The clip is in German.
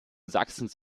sachsens